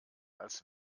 als